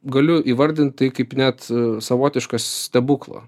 galiu įvardint tai kaip net savotišką stebuklą